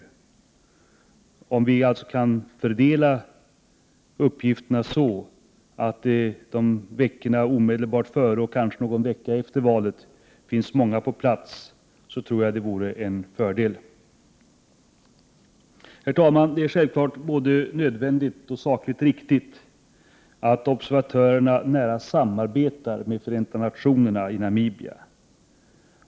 Jag tror att det vore bra om vi kunde fördela uppgifterna så att det finns många på plats veckorna omedelbart före valet och kanske också någon vecka efter. Herr talman! Det är självklart både nödvändigt och sakligt riktigt att observatörerna nära samarbetar med Förenta nationerna i Namibia.